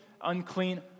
unclean